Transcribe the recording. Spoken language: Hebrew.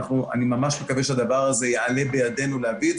אני ממש מקווה שהדבר יעלה בידינו להביא.